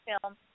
film